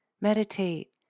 Meditate